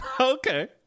Okay